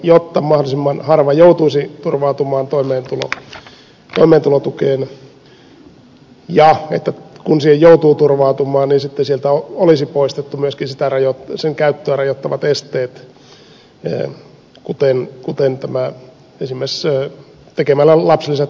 jotta mahdollisimman harva joutuisi turvautumaan toimeentulotukeen ja kun siihen joutuu turvautumaan niin sitten sieltä olisi poistettu myöskin sen käyttöä rajoittavat esteet kuten esimerkiksi tekemällä lapsilisät etuoikeutetuksi tuloksi